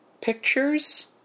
Pictures